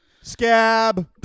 Scab